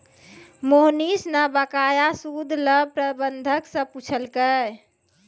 मोहनीश न बकाया सूद ल प्रबंधक स पूछलकै